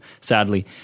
sadly